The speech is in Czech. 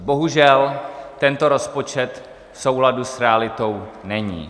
Bohužel tento rozpočet v souladu s realitou není.